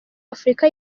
afurika